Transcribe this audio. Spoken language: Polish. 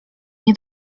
nie